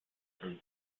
from